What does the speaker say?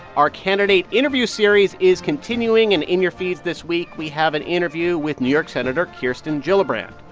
our candidate interview series is continuing, and in your feeds this week, we have an interview with new york senator kirsten gillibrand.